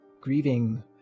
grieving